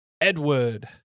Edward